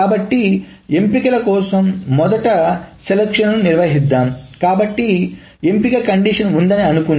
కాబట్టి ఎంపికల కోసం మొదట ఎంపికలను నిర్వహిద్దాం కాబట్టి ఎంపిక నిబంధన ఉందని అనుకుందాం